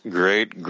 great